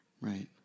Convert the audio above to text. Right